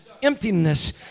emptiness